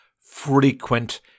frequent